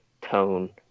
tone